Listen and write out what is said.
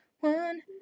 one